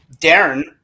Darren